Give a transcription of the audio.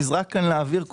שנזרק כאן לאוויר,